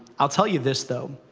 i'll tell you this, though.